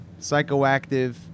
psychoactive